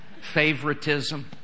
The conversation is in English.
Favoritism